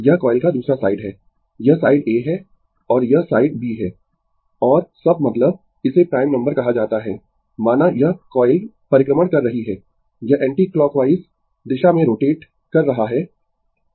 यह कॉइल का दूसरा साइड है यह साइड A है और यह साइड B है और sub मतलब इसे प्राइम नंबर कहा जाता है माना यह कॉइल परिक्रमण कर रही है यह एंटीक्लॉकवाइज दिशा में रोटेट कर रहा है